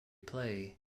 play